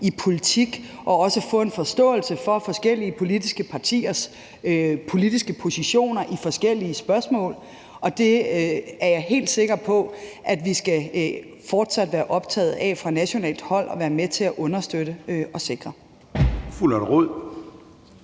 i politik og også give dem en forståelse for forskellige politiske partiers politiske positioner i forskellige spørgsmål, og det er jeg helt sikker på vi fortsat skal være optaget af fra nationalt hold at være med til at understøtte og sikre.